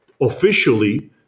officially